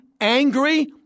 angry